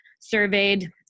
Surveyed